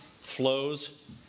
flows